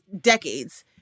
decades